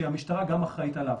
שהמשטרה גם אחראית עליו.